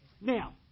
Now